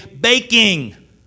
baking